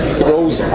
throws